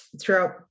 throughout